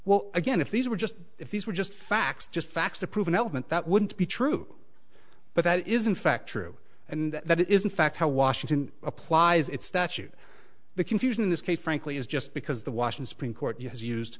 will again if these were just if these were just facts just facts to prove an element that wouldn't be true but that is in fact true and that is in fact how washington applies its statute the confusion in this case frankly is just because the washing supreme court has used